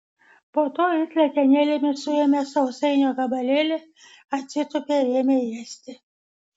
po to jis letenėlėmis suėmė sausainio gabalėlį atsitūpė ir ėmė ėsti